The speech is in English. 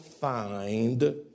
find